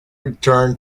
return